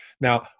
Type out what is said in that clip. Now